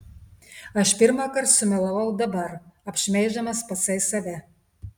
aš pirmąkart sumelavau dabar apšmeiždamas patsai save